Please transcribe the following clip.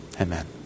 Amen